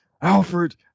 Alfred